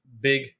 big